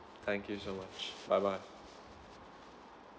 thank you so much bye bye